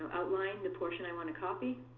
outline the portion i want to copy.